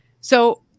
So-